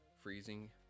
freezing